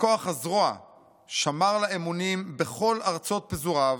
בכוח הזרוע שמר לה אמונים בכל ארצות פזוריו,